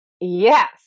yes